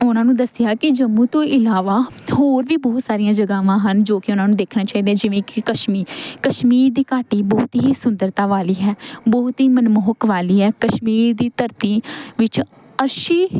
ਉਹਨਾਂ ਨੂੰ ਦੱਸਿਆ ਕਿ ਜੰਮੂ ਤੋਂ ਇਲਾਵਾ ਹੋਰ ਵੀ ਬਹੁਤ ਸਾਰੀਆਂ ਜਗ੍ਹਾਵਾਂ ਹਨ ਜੋ ਕਿ ਉਹਨਾਂ ਨੂੰ ਦੇਖਣਾ ਚਾਹੀਦਾ ਜਿਵੇਂ ਕਿ ਕਸ਼ਮੀ ਕਸ਼ਮੀਰ ਦੀ ਘਾਟੀ ਬਹੁਤ ਹੀ ਸੁੰਦਰਤਾ ਵਾਲੀ ਹੈ ਬਹੁਤ ਹੀ ਮਨਮੋਹਕ ਵਾਲੀ ਹੈ ਕਸ਼ਮੀਰ ਦੀ ਧਰਤੀ ਵਿੱਚ ਅਰਸ਼ੀ